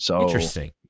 Interesting